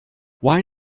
why